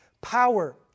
power